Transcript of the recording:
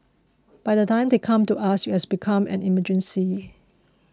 by the time they come to us it has become an emergency